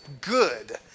good